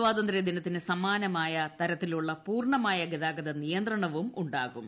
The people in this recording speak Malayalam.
സ്വാതന്ത്രൃ ദിനത്തിന് സമാനമായ തരത്തിലുള്ള പൂർണമായ ഗതാഗത നിയന്ത്രണവും ഉണ്ടാകും